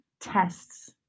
tests